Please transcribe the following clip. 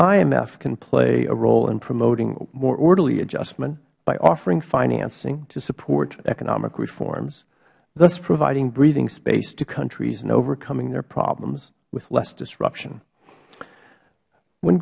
imf can play a role in promoting more orderly adjustment by offering financing to support economic reforms thus providing breathing space to countries in overcoming their problems with less disruption when